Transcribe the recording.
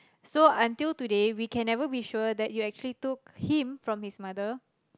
so until today we can never be sure that you actually took him from his mother